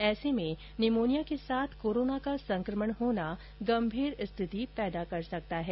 ऐसे में निमोनिया के साथ कोरोना का संक्रमण होना गंभीर स्थिति पैदा कर सकता है